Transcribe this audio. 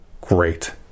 great